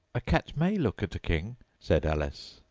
a cat may look at a king said alice.